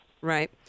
Right